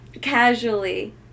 Casually